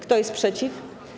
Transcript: Kto jest przeciw?